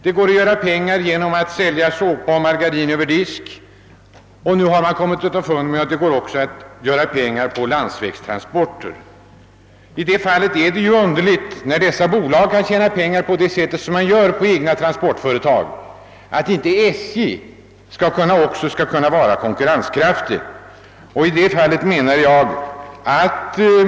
Det går att tjäna pengar genom att sälja såpa och margarin Över disk, och nu har man också kommit underfund med att det går att göra pengar på landsvägstransporter. Det är underligt att SJ inte skall kunna vara konkurrenskraftigt när dessa bolag kan tjäna så mycket pengar på egna transportföretag.